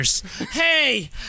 Hey